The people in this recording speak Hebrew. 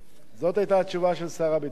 זו היתה התשובה של שר הביטחון,